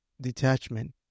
detachment